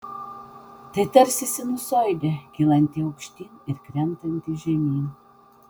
tai tarsi sinusoidė kylanti aukštyn ir krentanti žemyn